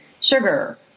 sugar